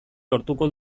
lortuko